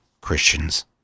Christians